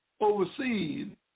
overseen